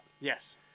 Yes